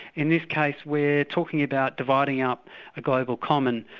in this case we're talking about dividing up a global common,